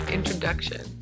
Introduction